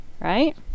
Right